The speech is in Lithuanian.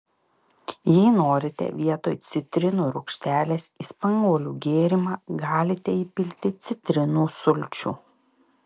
jei norite vietoj citrinų rūgštelės į spanguolių gėrimą galite įpilti citrinų sulčių